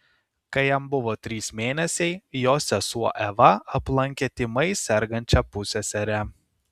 kai jam buvo trys mėnesiai jo sesuo eva aplankė tymais sergančią pusseserę